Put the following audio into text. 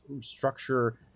structure